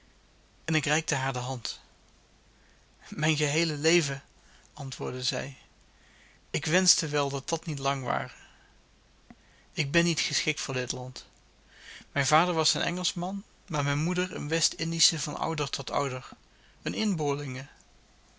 en ik reikte haar de hand mijn geheele leven antwoordde zij ik wenschte wel dat dat niet lang ware ik ben niet geschikt voor dit land mijn vader was een engelschman maar mijne moeder een westindische van ouder tot ouder eene inboorlinge